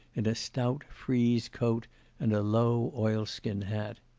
in a stout frieze coat and a low oil-skin hat.